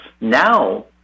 Now